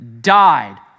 died